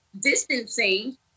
distancing